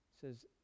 says